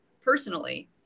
personally